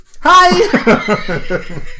hi